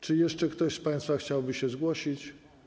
Czy jeszcze ktoś z państwa chciałby się zgłosić?